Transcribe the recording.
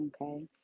Okay